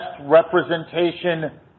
representation